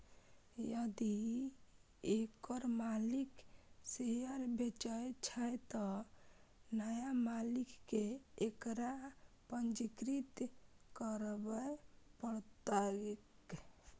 यदि एकर मालिक शेयर बेचै छै, तं नया मालिक कें एकरा पंजीकृत करबय पड़तैक